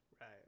Right